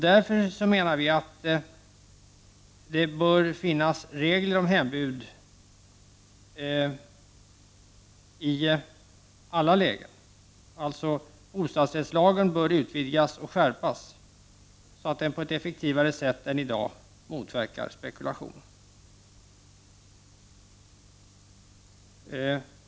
Därför menar vi att det bör finnas regler om hembud i alla lägen. Bostadsrättslagen bör alltså utvidgas och skärpas så att den på ett effektivare sätt än i dag motverkar spekulation.